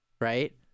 right